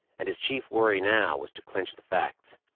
and his chief worry now was to clinch the facts.